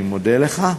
אני מודה לך.